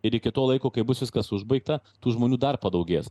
ir iki to laiko kai bus viskas užbaigta tų žmonių dar padaugės